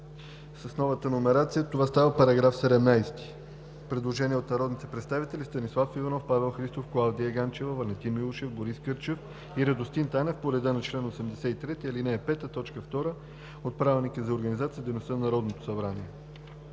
С новата номерация това е § 19. Предложение от народните представители Станислав Иванов, Павел Христов, Клавдия Ганчева, Валентин Милушев, Борис Кърчев и Радостин Танев по реда на чл. 83, ал. 5, т. 2 от Правилника за организацията и дейността на Народното събрание.